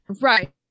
right